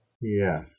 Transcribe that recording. Yes